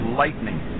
lightning